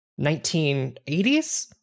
1980s